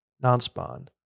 non-spawn